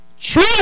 True